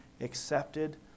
accepted